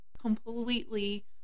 completely